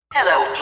Hello